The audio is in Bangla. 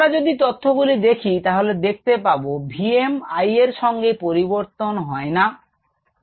আমরা যদি তথ্যগুলি দেখি তাহলে দেখতে পাব V m I এর সঙ্গে পরিবর্তন হয় না কিন্তু K m পরিবর্তিত হয়